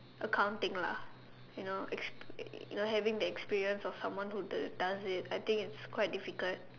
accounting lah you know ex~ you know having the experience of someone who does it I think it's quite difficult